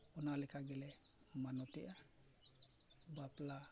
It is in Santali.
ᱚᱱᱟ ᱞᱮᱠᱟ ᱜᱮᱞᱮ ᱢᱟᱱᱚᱛᱮᱜᱼᱟ ᱵᱟᱯᱞᱟ